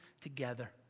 together